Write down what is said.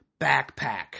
backpack